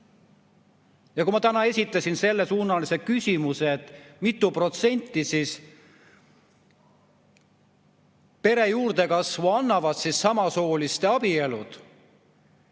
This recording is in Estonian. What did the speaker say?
Kui ma täna esitasin sellesuunalise küsimuse, kui mitu protsenti pere juurdekasvust annavad samasooliste abielud,